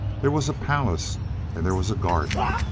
there was a palace and there was a garden,